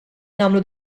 nagħmlu